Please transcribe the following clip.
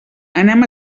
anem